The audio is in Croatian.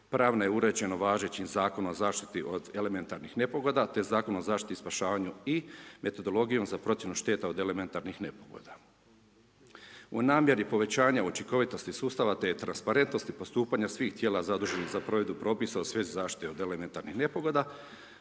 pravna je uređeno važećim zakonom, zaštiti od elementarnih nepogoda, te Zakon o zaštiti i spašavanju i metodologijom za procjene šteta od elementarnih nepogoda. U namjeri povećanja učinkovitosti sustava, te transparentnosti postupanja, svih tijela zaduženih za provedbu propisa u svezu zaštite od elementarnih nepogoda,